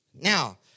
Now